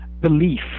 belief